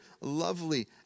lovely